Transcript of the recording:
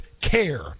care